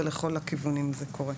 ולכל הכיוונים זה קורה.